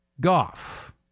Goff